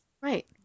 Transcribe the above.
right